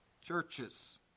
churches